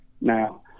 now